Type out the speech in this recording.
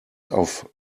auf